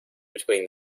between